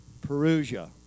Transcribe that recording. perusia